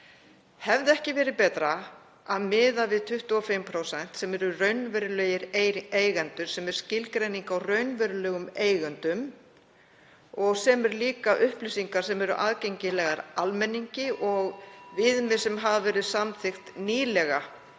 Hefði ekki verið betra að miða við 25%, sem er skilgreining á raunverulegum eigendum, og sem eru líka upplýsingar sem eru aðgengilegar almenningi og viðmið sem hafa verið samþykkt nýlega